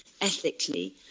ethically